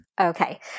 Okay